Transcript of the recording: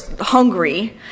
hungry